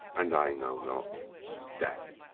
and i know not sdeath!